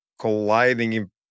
colliding